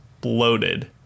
bloated